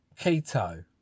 Keto